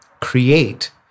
create